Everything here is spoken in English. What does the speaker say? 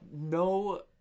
no